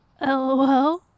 LOL